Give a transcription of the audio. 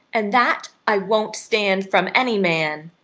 and that i won't stand from any man!